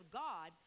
god